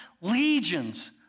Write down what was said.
legions